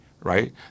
right